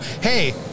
hey